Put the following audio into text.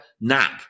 nap